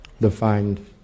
defined